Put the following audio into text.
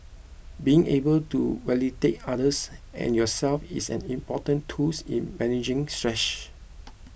being able to validate others and yourself is an important tools in managing stress